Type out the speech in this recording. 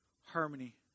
harmony